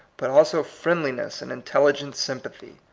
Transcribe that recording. but also friendliness and intelligent sympathy,